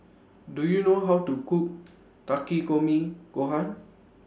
Do YOU know How to Cook Takikomi Gohan